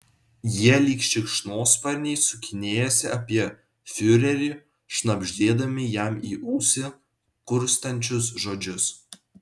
jie lyg šikšnosparniai sukinėjasi apie fiurerį šnabždėdami jam į ausį kurstančius žodžius